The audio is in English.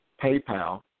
PayPal